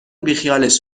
بیخیالش